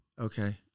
Okay